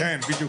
כן, בדיוק.